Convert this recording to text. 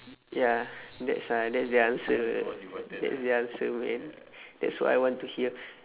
ya that's ah that's the answer that's the answer man that's what I want to hear